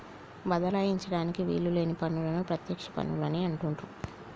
బదలాయించడానికి వీలు లేని పన్నులను ప్రత్యక్ష పన్నులు అని అంటుండ్రు